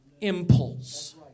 impulse